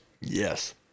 Yes